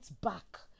back